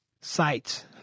sites